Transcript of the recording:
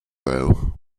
though